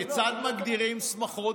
כיצד מגדירים שמחות?